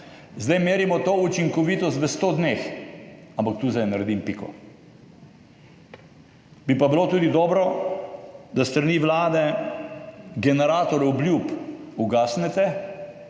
zdaj merimo to učinkovitost v sto dneh, ampak tu zdaj naredim piko. Bi pa bilo tudi dobro, da s strani Vlade generator obljub ugasnete,